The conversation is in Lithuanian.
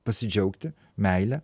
pasidžiaugti meile